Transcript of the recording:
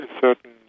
certain